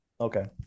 okay